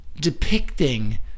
depicting